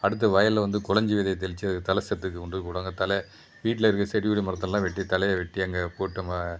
அடுத்து வயல்ல வந்து கொளஞ்சி விதைய தெளித்து அது தல சத்துக்கு கொண்டுப்போயி போடுவாங்க தலை வீட்டில இருக்க செடிக்கொடி மரத்தெல்லாம் வெட்டி தலையை வெட்டி அங்கே போட்டமா